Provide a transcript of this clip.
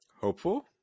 hopeful